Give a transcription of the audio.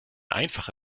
einfache